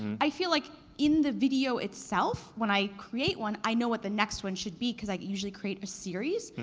i feel like in the video itself, when i create one, i know what the next one should be, because i usually create a series,